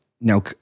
Now